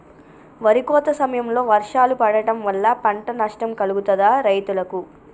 వరి కోత సమయంలో వర్షాలు పడటం వల్ల పంట నష్టం కలుగుతదా రైతులకు?